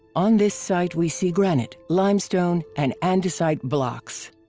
on this site we see granite, limestone and andesite blocks.